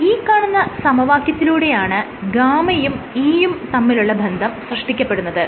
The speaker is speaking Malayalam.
ഈ കാണുന്ന സമവാക്യത്തിലൂടെയാണ് G യും E യും തമ്മിലുള്ള ബന്ധം സൃഷ്ടിക്കപ്പെടുന്നത്